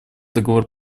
договор